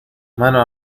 mano